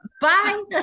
Bye